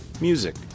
Music